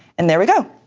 and there we go.